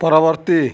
ପରବର୍ତ୍ତୀ